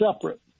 separate